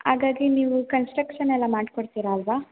ಹಾಗಾಗಿ ನೀವು ಕನ್ಸ್ಟ್ರಕ್ಷನೆಲ್ಲ ಮಾಡಿಕೊಡ್ತೀರ ಅಲ್ಲವ